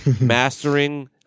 mastering